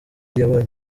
yabonye